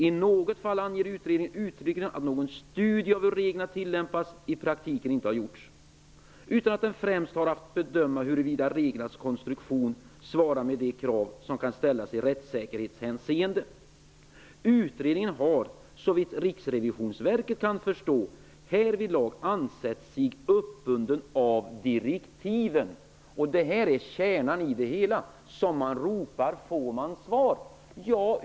I något fall anger utredningen att någon studie av hur reglerna tillämpas i praktiken inte har gjorts, utan att den främst har att bedöma huruvida reglernas konstruktion svarar mot de krav som kan ställas i rättssäkerhetshänseende. Utredningen har, såvitt Riksrevisionsverket kan förstå, härvidlag ansett sig uppbunden av direktiven. Detta är kärnan i det hela. Som man ropar, får man svar.